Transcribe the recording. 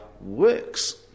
works